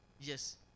Yes